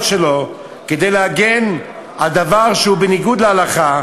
שלו כדי להגן על דבר שהוא בניגוד להלכה,